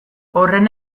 horren